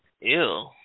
Ew